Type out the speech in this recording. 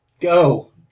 go